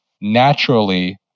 naturally